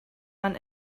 man